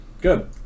good